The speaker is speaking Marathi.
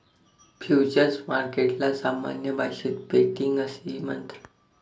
फ्युचर्स मार्केटला सामान्य भाषेत बेटिंग असेही म्हणतात